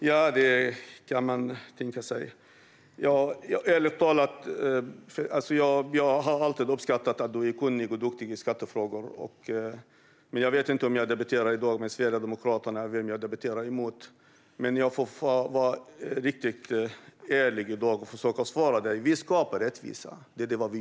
Fru talman! Jag har alltid uppskattat att Olle Felten är kunnig i skattefrågor. Nu vet jag inte om jag debatterar mot en sverigedemokrat eller vem jag debatterar mot, men jag ska försöka svara på frågorna. Vi skapar rättvisa i dag.